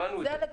הבנו את זה.